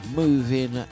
moving